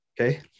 Okay